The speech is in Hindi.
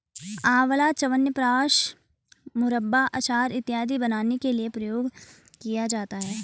आंवला च्यवनप्राश, मुरब्बा, अचार इत्यादि बनाने के लिए प्रयोग किया जाता है